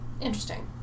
Interesting